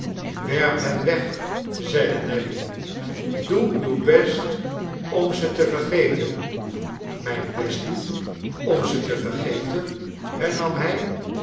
werp hen weg zeide nelly doe uwbest om ze te vergeten mijn best doen om ze te vergeten hernam hij